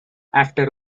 after